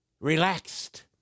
relaxed